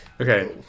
okay